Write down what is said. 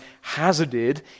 hazarded